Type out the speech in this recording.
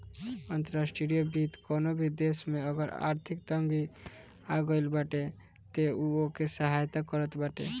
अंतर्राष्ट्रीय वित्त कवनो भी देस में अगर आर्थिक तंगी आगईल बाटे तअ उ ओके सहायता करत बाटे